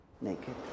naked